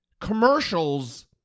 commercials